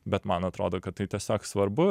bet man atrodo kad tai tiesiog svarbu